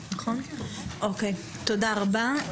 אוקיי, תודה רבה.